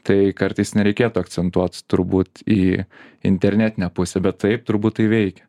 tai kartais nereikėtų akcentuot turbūt į internetinę pusę bet taip turbūt tai veikia